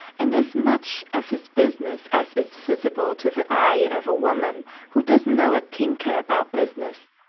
and as much of his business as is visible to the eye of a woman who doesn't know a tinker about business.